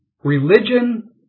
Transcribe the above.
Religion